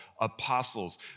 apostles